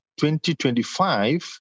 2025